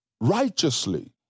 Righteously